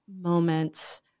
moments